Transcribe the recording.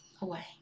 away